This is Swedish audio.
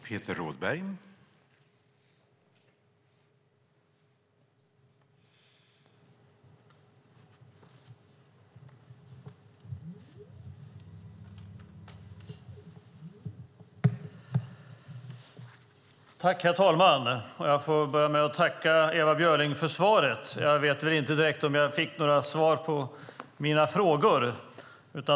Herr talman! Jag börjar med att tacka Ewa Björling för svaret. Men jag vet inte om jag fick några direkta svar på mina frågor.